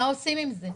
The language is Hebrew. מה עושים עם זה?